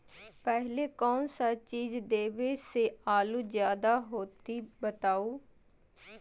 पहले कौन सा चीज देबे से आलू ज्यादा होती बताऊं?